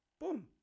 Boom